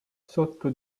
sotto